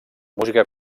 música